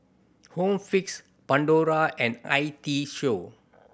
Home Fix Pandora and I T Show